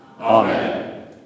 Amen